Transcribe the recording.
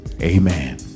amen